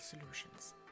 solutions